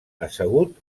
assegut